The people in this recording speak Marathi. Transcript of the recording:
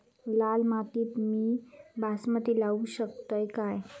लाल मातीत मी बासमती लावू शकतय काय?